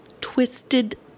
twisted